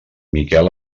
miquel